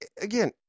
again